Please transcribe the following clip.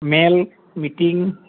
মেল meeting